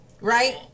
right